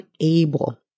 unable